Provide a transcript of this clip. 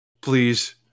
Please